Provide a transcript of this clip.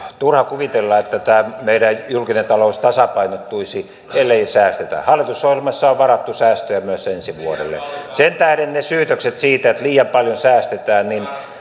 turha kuvitella että tämä meidän julkinen talous tasapainottuisi ellei säästetä hallitusohjelmassa on varattu säästöjä myös ensi vuodelle sen tähden kun on niitä syytöksiä että liian paljon säästetään